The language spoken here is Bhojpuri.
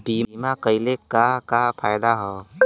बीमा कइले का का फायदा ह?